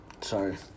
Sorry